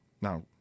Now